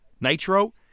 Nitro